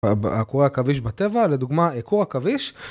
הקורי עכביש בטבע, לדוגמה קור עכביש